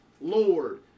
Lord